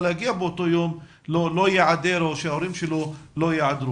להגיע באותו יום לא ייעדר או שההורים שלא ייעדרו.